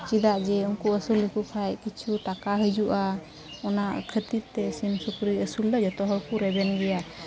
ᱪᱮᱫᱟᱜ ᱡᱮ ᱩᱱᱠᱩ ᱟᱹᱥᱩᱞ ᱞᱮᱠᱚ ᱠᱷᱟᱡ ᱠᱤᱪᱷᱩ ᱴᱟᱠᱟ ᱦᱤᱡᱩᱜᱼᱟ ᱚᱱᱟ ᱠᱷᱟᱹᱛᱤᱨ ᱛᱮ ᱥᱤᱢ ᱥᱩᱠᱨᱤ ᱟᱹᱥᱩᱞ ᱫᱚ ᱡᱚᱛᱚ ᱦᱚᱲ ᱠᱚ ᱨᱮᱵᱮᱱ ᱜᱮᱭᱟ